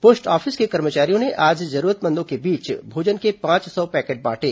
post office के कर्मचारियों ने आज जरूरतमंदों के बीच भोजन के पांच सौ पैकेट बांटे